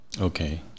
Okay